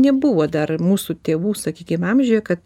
nebuvo dar mūsų tėvų sakykim amžiuje kad